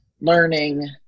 learning